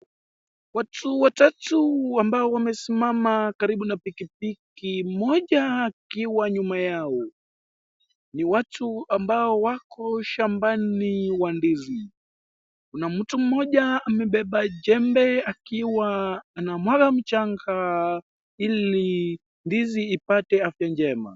Watu watatu ambao wamesimama karibu na pikipiki moja ikiwa nyuma yao. Ni watu ambao wako shambani wa ndizi. Kuna mtu mmoja amebeba jembe akiwa anamwaga mchanga ili ndizi ipate afya njema.